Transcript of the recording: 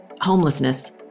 Homelessness